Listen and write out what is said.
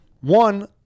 one